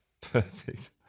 Perfect